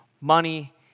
money